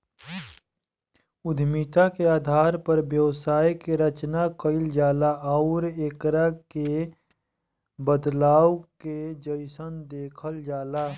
उद्यमिता के आधार पर व्यवसाय के रचना कईल जाला आउर एकरा के बदलाव के जइसन देखल जाला